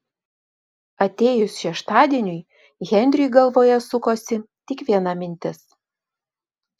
atėjus šeštadieniui henriui galvoje sukosi tik viena mintis